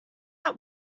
that